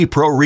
Pro